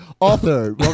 author